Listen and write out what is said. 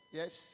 yes